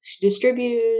distributors